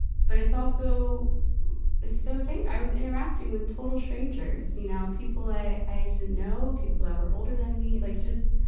but it's also, it's ah so danger i was interacting with total strangers, you know. people i, i didn't know, people that were older than me. like just,